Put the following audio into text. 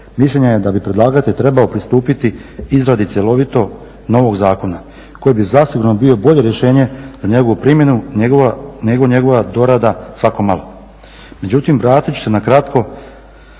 mišljenja je da bi predlagatelj trebao pristupiti izradi cjelovito novog zakona koji bi zasigurno bio bolje rješenje za njegovu primjenu nego njegova dorada svako malo. Međutim, vratit ću se na kratko